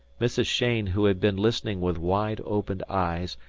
mrs. cheyne, who had been listening with wide-opened eyes,